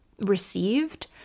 received